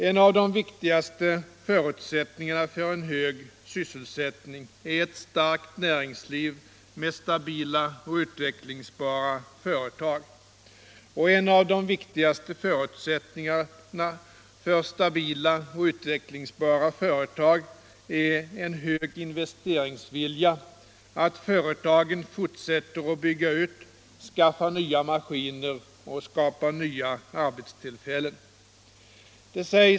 En av de viktigaste förutsättningarna för en hög sysselsättning är ett starkt näringsliv med stabila och utvecklingsbara företag. Och en av de viktigaste förutsättningarna för stabila och utvecklingsbara företag är en hög investeringsvilja, att företagen fortsätter att bygga ut, skaffa nya maskiner och skapa nya arbetstillfällen.